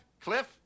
Cliff